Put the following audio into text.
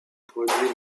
produit